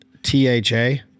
T-H-A